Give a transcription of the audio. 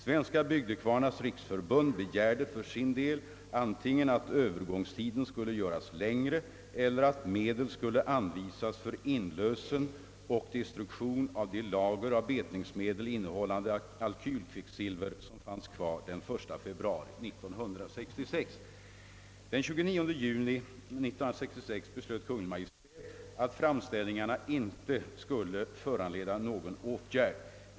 Svenska bygdekvarnars riksförbund begärde för sin del antingen att övergångstiden skulle göras längre eller att medel skulle anvisas för inlösen och destruktion av de lager av betningsmedel innehållande alkylkvicksilver, som fanns kvar den 1 februari 1966. Den 29 juni 1966 beslöt Kungl. Maj:t, att framställningarna inte skulle föranleda någon åtgärd.